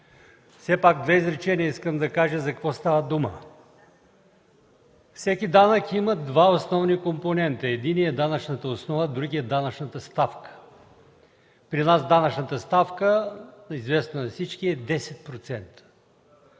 Искам с две изречения да кажа за какво става дума. Всеки данък има два основни компонента – единият е данъчната основа, другият е данъчната ставка. При нас данъчната ставка, известно е на всички, е 10%.